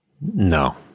No